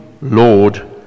Lord